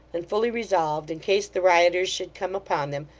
and fully resolved, in case the rioters should come upon them,